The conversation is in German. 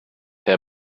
herr